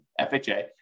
FHA